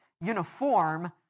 uniform